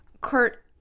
Kurt